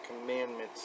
commandments